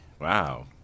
wow